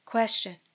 Question